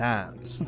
Times